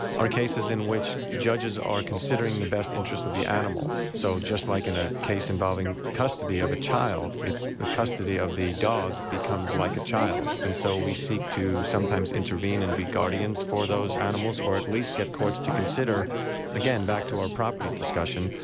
are cases in which judges are considering the best interests of the animal, so just like in a case involving custody of a child, it's the custody of the dog becomes like a child. and so we seek to sometimes intervene and be guardians for those animals, or at least get courts to consider again, back to our property discussion,